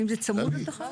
האם זה צמוד לתחנה?